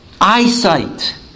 eyesight